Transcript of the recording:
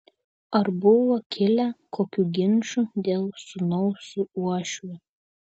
ar buvo kilę kokių ginčų dėl sūnaus su uošviu